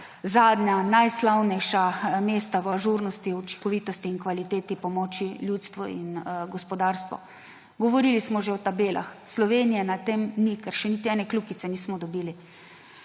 zadnja, najslavnejša mesta v ažurnosti, učinkovitosti in kvaliteti pomoči ljudstvu in gospodarstvu. Govorili smo že o tabelah. Slovenije na tem ni, ker še niti ene kljukice nismo dobili.